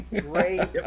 Great